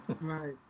Right